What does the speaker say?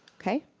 okay,